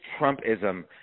Trumpism